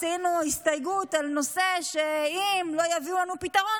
עשינו הסתייגות על נושא שאם לא יביאו לנו פתרון,